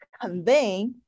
convey